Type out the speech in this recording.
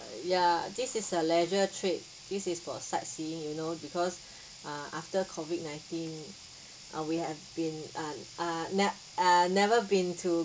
ya this is a leisure trip this is for sightseeing you know because uh after COVID nineteen uh we have been uh uh ne~ uh never been to